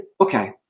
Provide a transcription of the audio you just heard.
okay